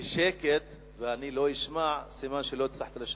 בשקט ואני לא אשמע, סימן שלא הצלחת לשכנע.